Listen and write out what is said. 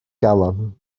galon